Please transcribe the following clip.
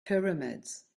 pyramids